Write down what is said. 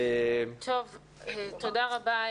תודה רבה,